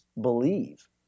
believe